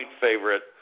favorite